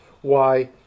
Why